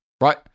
Right